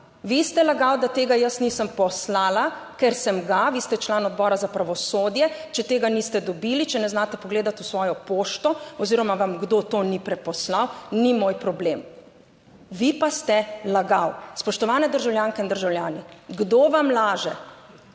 vi ste lagal, da tega jaz nisem poslala, ker sem ga, vi ste član Odbora za pravosodje, če tega niste dobili, če ne znate pogledati v svojo pošto oziroma vam kdo to ni preposlal, ni moj problem. Vi pa ste lagal. Spoštovani državljanke in državljani, kdo vam laže?